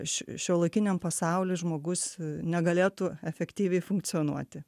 š šiuolaikiniam pasauly žmogus negalėtų efektyviai funkcionuoti